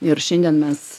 ir šiandien mes